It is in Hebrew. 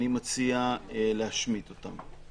אני מציע להשמיט אותם.